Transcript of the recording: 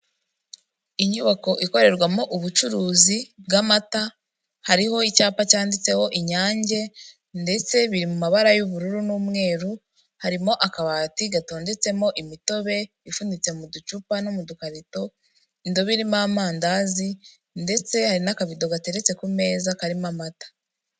Inyubako ikorerwamo ubucuruzi bw'amata, hariho icyapa cyanditseho inyange ndetse biri mu mabara y'ubururu n'umweru, harimo akabati gatondetsemo imitobe ifunitse mu ducupa no mu dukarito, indobo irimo amandazi ndetse hari n'akabido gateretse ku meza karimo amata.